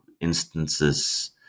instances